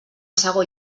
segon